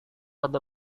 ada